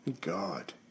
god